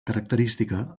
característica